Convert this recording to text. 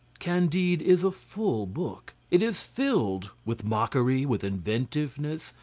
candide is a full book. it is filled with mockery, with inventiveness,